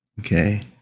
Okay